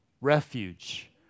refuge